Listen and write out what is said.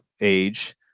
age